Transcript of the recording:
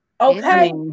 Okay